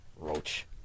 Roach